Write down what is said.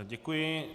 Děkuji.